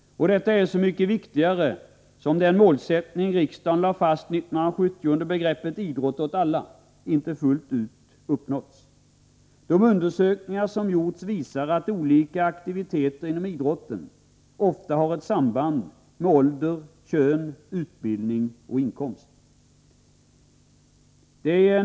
Detta är så mycket viktigare som den målsättning riksdagen lade fast 1970 under begreppet ”idrott åt alla” inte fullt ut har uppnåtts. De undersökningar som gjorts visar att olika aktiviteter inom idrotten ofta har ett samband med ålder, kön, utbildning och inkomst.